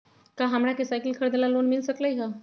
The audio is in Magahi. का हमरा के साईकिल खरीदे ला लोन मिल सकलई ह?